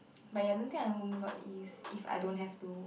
but ya I don't think I would ever move out of East if I don't have to